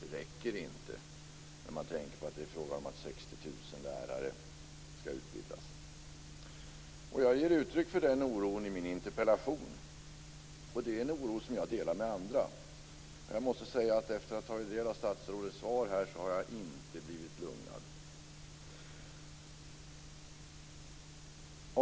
Det räcker inte när man tänker på att det är fråga om 60 000 lärare som skall utbildas. Jag ger uttryck för den oron i min interpellation. Det är en oro som jag delar med andra. Efter att ha tagit del av statsrådets svar måste jag säga att jag inte har blivit lugnad.